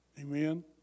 Amen